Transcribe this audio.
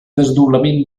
desdoblament